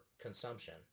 consumption